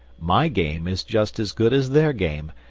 my game is just as good as their game,